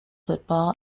football